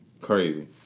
crazy